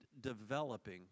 developing